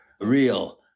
real